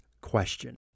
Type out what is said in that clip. question